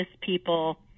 people